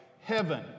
heaven